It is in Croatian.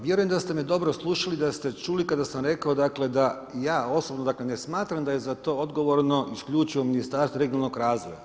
Vjerujem da ste me dobro slušali, da ste čuli kada sam rekao dakle da ja osobno, dakle ne smatram da je za to odgovorno isključivo Ministarstvo regionalnog razvoja.